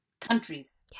countries